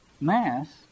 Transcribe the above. Mass